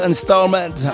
Installment